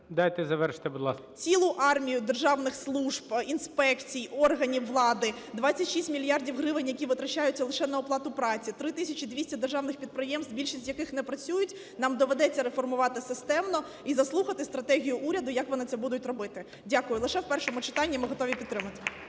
Дайте завершити, будь ласка. ШКРУМ А.І. Цілу армію державних служб, інспекцій, органів влади, 26 мільярдів гривень, які витрачаються лише на оплату праці. 3 тисячі 200 державних підприємств, більшість з яких не працюють нам доведеться реформувати системно і заслухати стратегію уряду, як вони це будуть робити. Дякую. Лише в першому читанні ми готові підтримати.